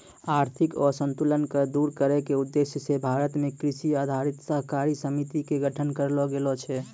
आर्थिक असंतुल क दूर करै के उद्देश्य स भारत मॅ कृषि आधारित सहकारी समिति के गठन करलो गेलो छै